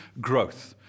growth